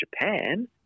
Japan